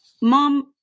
mom